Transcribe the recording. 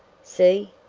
see,